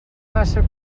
massa